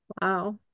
Wow